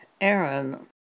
Aaron